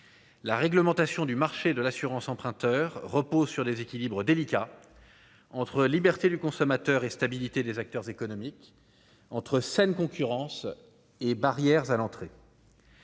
la réglementation du marché de l'assurance emprunteur repose sur des équilibres délicats entre liberté du consommateur et stabilité des acteurs économiques entre saine concurrence et barrières à l'entrée.